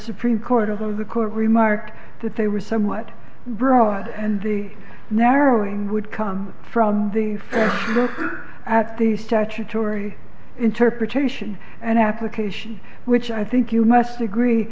supreme court of the court remarked that they were somewhat broad and the narrowing would come from the full at the statutory interpretation and application which i think you must agree